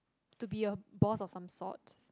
to be a boss or some sort